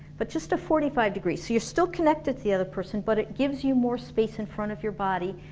but just a forty five degrees so you're still connected to the other person but it gives you more space in front of your body,